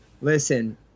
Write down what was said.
listen